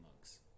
mugs